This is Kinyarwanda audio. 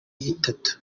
itatu